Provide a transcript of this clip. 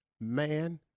Man